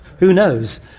who knows,